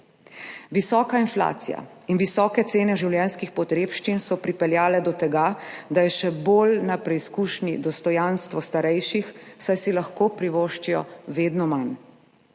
Visoka inflacija in visoke cene življenjskih potrebščin so pripeljale do tega, da je še bolj na preizkušnji dostojanstvo starejših, saj si lahko privoščijo vedno manj.